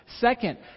Second